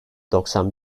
doksan